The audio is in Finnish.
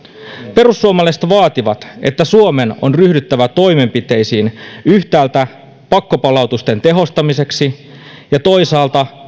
perussuomalaiset vaativat että suomen on ryhdyttävä toimenpiteisiin yhtäältä pakkopalautusten tehostamiseksi ja toisaalta